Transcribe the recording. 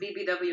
BBW